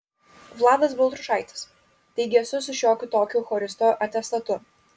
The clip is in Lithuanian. vladas baltrušaitis taigi esu su šiokiu tokiu choristo atestatu